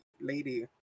Lady